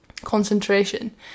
concentration